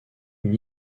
une